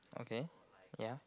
okay yeah